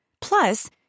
Plus